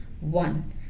one